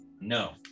No